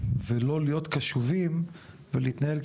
ולא להיות קשובים ולהתנהל,